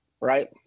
right